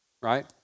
Right